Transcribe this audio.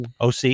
OC